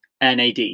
NAD